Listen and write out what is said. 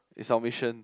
is our mission